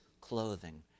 clothing